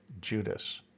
Judas